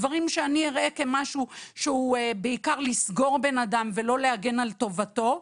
דברים שאני אראה כמשהו שהוא בעיקר לסגור אדם ולא להגן על טובתו,